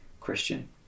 Christian